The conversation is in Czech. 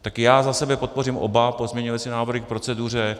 Tak já za sebe podpořím oba pozměňovací návrhy k proceduře.